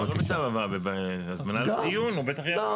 לא בצו הבאה, בהזמנה לדיון הוא בטח יבוא.